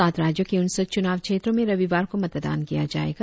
सात राज्यों के उनसठ चुनाव क्षेत्रों में रविवार को मतदान किया जायेगा